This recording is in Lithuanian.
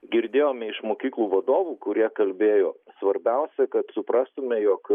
girdėjome iš mokyklų vadovų kurie kalbėjo svarbiausia kad suprastume jog